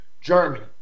Germany